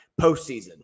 postseason